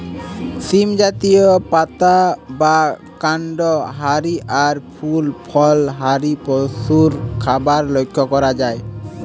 সীম জাতীয়, পাতা বা কান্ড হারি আর ফুল ফল হারি পশুর খাবার লক্ষ করা যায়